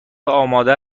آماده